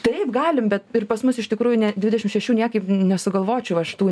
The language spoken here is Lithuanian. taip galim bet pas mus iš tikrųjų ne dvidešim šešių niekaip nesugalvočiau aš tų